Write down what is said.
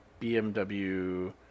bmw